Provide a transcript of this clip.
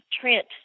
Trent